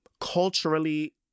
culturally